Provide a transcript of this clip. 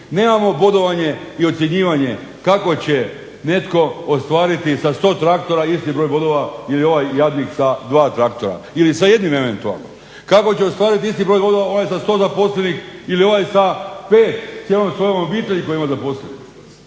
nemamo bodovanje ni ocjenjivanje kako će netko ostvariti sa 100 traktora istih broj bodova jer je ovaj jadnik sa dva traktora ili sa jednim eventualnim. Kako će ostvariti isti broj bodova ovaj sa sto zaposlenih ili ovaj sa 5, cijelom svojom obitelji koju ima zaposleno.